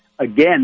again